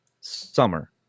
summer